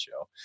show